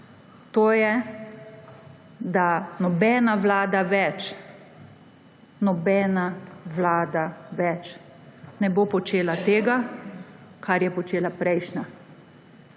to je, da nobena vlada več, nobena vlada več ne bo počela tega, kar je počela prejšnja.